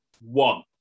one